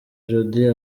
jody